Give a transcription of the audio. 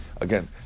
again